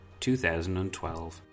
2012